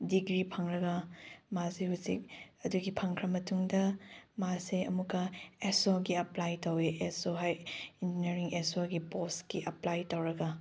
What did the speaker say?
degree ꯐꯪꯂꯒ ꯃꯥꯁꯦ ꯍꯧꯖꯤꯛ ꯑꯗꯨꯒꯤ ꯐꯪꯈ꯭ꯔ ꯃꯇꯨꯡꯗ ꯃꯥꯁꯦ ꯑꯃꯨꯛꯀ ꯑꯦꯁꯣꯒꯤ ꯑꯦꯄ꯭ꯂꯥꯏ ꯇꯧꯋꯦ ꯑꯦꯁꯣ ꯍꯣꯏ ꯏꯟꯖꯤꯅꯤꯌꯥꯔꯤꯡ ꯑꯦꯁꯣꯒꯤ ꯄꯣꯁꯀꯤ ꯑꯦꯄ꯭ꯂꯥꯏ ꯇꯧꯔꯒ